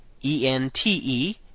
ente